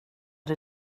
det